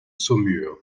saumure